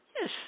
Yes